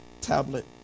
tablet